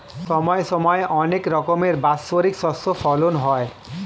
সময় সময় অনেক রকমের বাৎসরিক শস্য ফলন হয়